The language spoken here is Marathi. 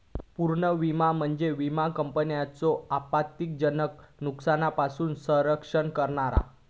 पुनर्विमा म्हणजे विमा कंपन्यांचो आपत्तीजनक नुकसानापासून संरक्षण करणा